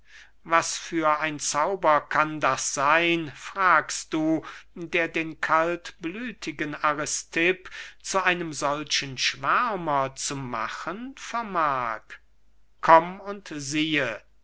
was für ein zauber kann das seyn fragst du der den kaltblütigen aristipp zu einem solchen schwärmer zu machen vermag komm und siehe